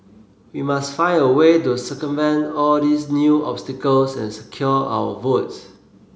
we must find a way to circumvent all these new obstacles and secure our votes